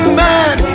man